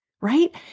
right